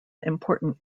important